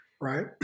right